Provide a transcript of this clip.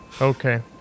Okay